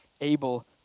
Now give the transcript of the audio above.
able